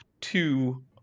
two